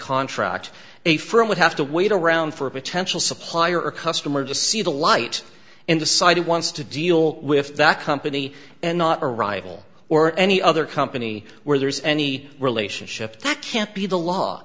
contract a firm would have to wait around for a potential supplier or customer to see the light and decide it wants to deal with that company and not a rival or any other company where there is any relationship that can't be the law